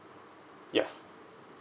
yeah